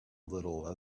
little